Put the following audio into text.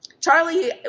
Charlie